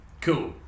Cool